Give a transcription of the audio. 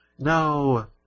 No